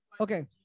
Okay